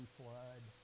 flood